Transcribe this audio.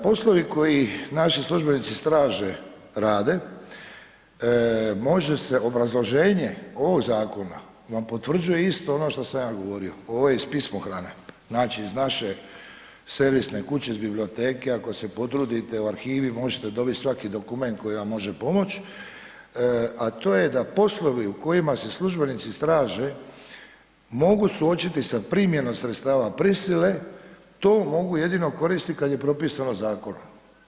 Poslovi koji naši službenici straže rade može se obrazloženje ovog zakona vam potvrđuje isto ono što sam ja govorio, ovo je iz pismohrane, znači iz naše servisne kuće, iz biblioteke, ako se potrudite u arhivi možete dobiti svaki dokument koji vam može pomoći a to je da poslovi u kojima se službenici straže mogu suočiti sa primjenom sredstava prisile to mogu jedino koristiti kad je propisano zakonom.